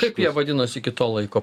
kaip jie vadinosi iki to laiko